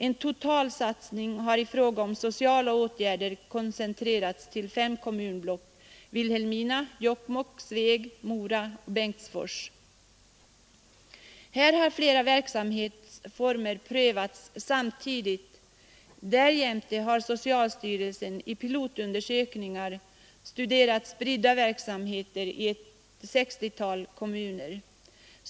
En totalsatsning har i fråga om sociala åtgärder koncentrerats till fem kommunblock: Vilhelmina, Jokkmokk, Sveg, Mora och Bengtsfors. Här har flera verksamhetsformer prövats samtidigt. Därjämte har socialstyrelsen i pilotundersökningar studerat spridda verksamheter i ett 60-tal kommuner.